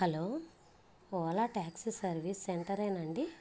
hello Ola taxi service సెంటరేనా అండి